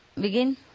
begin